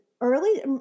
early